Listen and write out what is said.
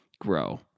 grow